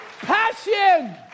passion